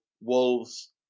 Wolves